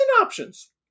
options